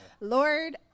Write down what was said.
Lord